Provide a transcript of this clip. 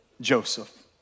Joseph